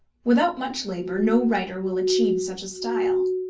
without much labour, no writer will achieve such a style.